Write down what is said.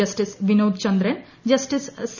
justice Vinod Chandran justice C